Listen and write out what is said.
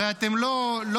הרי אתם לא,